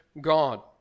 God